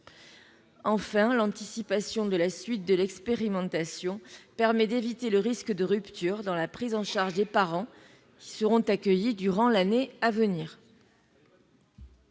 Enfin, l'anticipation de la suite de l'expérimentation permettrait d'éviter le risque de rupture dans la prise en charge des parents qui seront accueillis durant l'année à venir.